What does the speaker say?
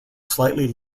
slightly